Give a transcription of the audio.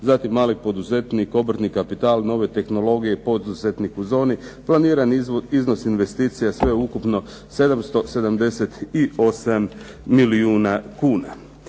Zatim mali poduzetnik, obrtni kapital, nove tehnologije poduzetnik u zoni, planiran iznos investicija sveukupno 778 milijuna kuna.